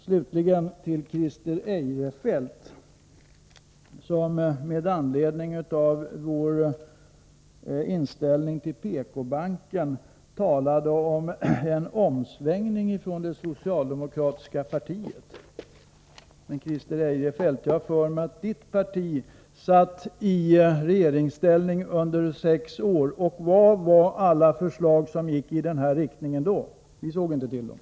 Slutligen några ord till Christer Eirefelt, som med anledning av vår inställning till PK-banken talade om en omsvängning från det socialdemokratiska partiets sida. Men Christer Eirefelts parti satt ju i regeringsställning under sex år, och var var alla de förslag som gick i den här riktningen då? Vi såg inga sådana förslag.